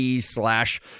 slash